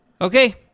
Okay